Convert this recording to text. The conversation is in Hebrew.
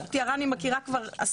פשוט את יערה אני מכירה כבר עשור.